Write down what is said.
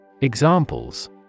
Examples